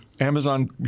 Amazon